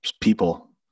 people